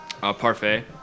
parfait